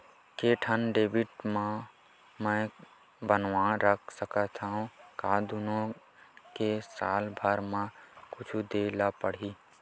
के ठन डेबिट मैं बनवा रख सकथव? का दुनो के साल भर मा कुछ दे ला पड़ही?